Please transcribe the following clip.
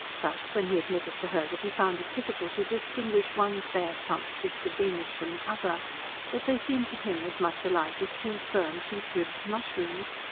thus, when he admitted to her that he found it difficult to distinguish one fair, plump, sister beamish from the other that they seemed to him as much alike as two firm, pink-ribbed mushrooms,